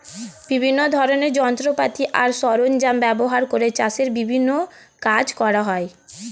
বিভিন্ন ধরনের যন্ত্রপাতি আর সরঞ্জাম ব্যবহার করে চাষের বিভিন্ন কাজ করা হয়